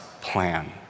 plan